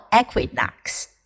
equinox